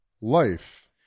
life